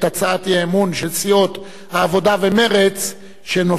האי-אמון של סיעות העבודה ומרצ שנושאה: